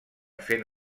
fent